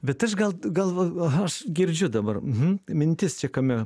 bet aš gal gal va aha aš girdžiu dabar mh mintis čia kame